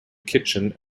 kitchen